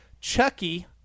Chucky